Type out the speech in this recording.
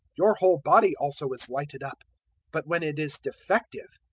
your whole body also is lighted up but when it is defective,